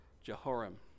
Jehoram